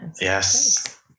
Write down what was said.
Yes